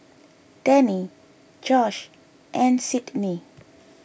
Danny Josh and Sydni